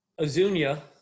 Azunia